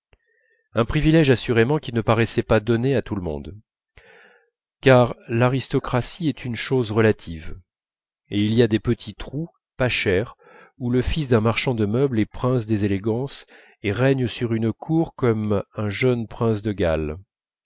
un privilège assurément qui ne paraissait pas donné à tout le monde car l'aristocratie est une chose relative et il y a des petits trous pas cher où le fils d'un marchand de meubles est prince des élégances et règne sur une cour comme un jeune prince de galles